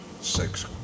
six